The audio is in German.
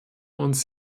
uns